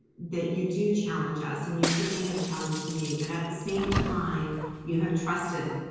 that you do challenge us and you certainly have challenged me but at the same time you have trusted